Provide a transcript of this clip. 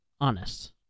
honest